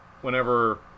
whenever